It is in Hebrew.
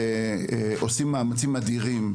אנחנו עושים מאמצים אדירים,